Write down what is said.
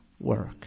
work